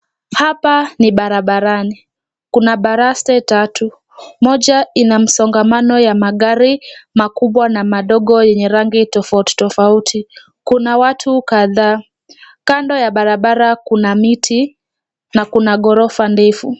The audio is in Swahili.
Hapa ni barabarani. Kuna baraste tatu, moja ina msongamano ya magari makubwa na madogo yenye rangi tofauti tofauti. Kuna watu kadhaa. Kando ya barabara kuna miti na kuna ghorofa ndefu.